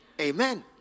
Amen